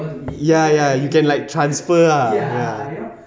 ya ya you can like transfer ah ya